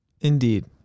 Indeed